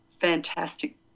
fantastic